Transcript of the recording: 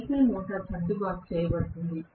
DC ఉత్తేజాన్ని సర్దుబాటు చేయబడుతుంది